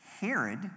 Herod